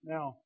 Now